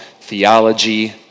theology